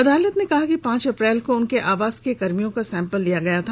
अदालत ने कहा कि पांच अप्रैल को उनके आवास के कर्मियों का सैंपल लिया गया था